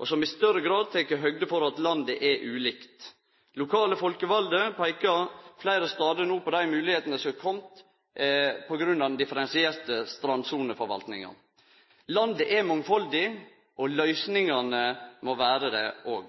og som i større grad tek høgd for at landet er ulikt. Lokale folkevalde peikar fleire stader no på dei moglegheitene som er komne som følgje av den differensierte strandsoneforvaltinga. Landet er mangfaldig, og løysingane må vere det òg.